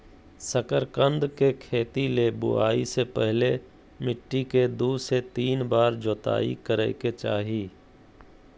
शकरकंद के खेती ले बुआई से पहले मिट्टी के दू से तीन बार जोताई करय के चाही